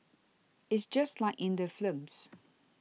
it's just like in the films